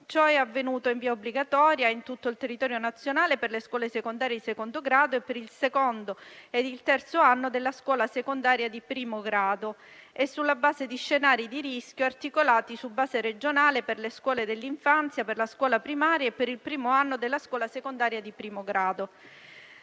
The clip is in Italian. Ciò è avvenuto in via obbligatoria in tutto il territorio nazionale per le scuole secondarie di secondo grado e per il secondo e il terzo anno della scuola secondaria di primo grado e sulla base di scenari di rischio articolati su base regionale per le scuole dell'infanzia, per la scuola primaria e per il primo anno della scuola secondaria di primo grado.